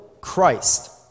Christ